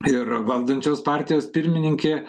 ir valdančios partijos pirmininkė